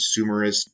consumerist